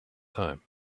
time